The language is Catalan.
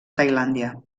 tailàndia